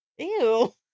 ew